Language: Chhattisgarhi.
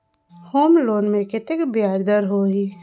होम लोन मे कतेक ब्याज दर होही?